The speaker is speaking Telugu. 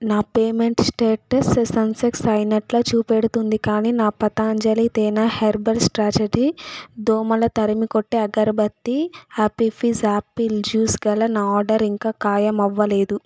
నా పేమెంటు స్టేటస్ సక్సెస్ అయినట్టు చూపెడుతోంది కానీ నా పతంజలి తేనె హెర్బల్ స్ట్రాటజీ దోమలు తరిమికొట్టే అగరబత్తి ఆపీ ఫిజ్ యాపిల్ జూస్ గల నా ఆర్డర్ ఇంకా ఖాయం అవ్వలేదు